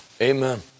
Amen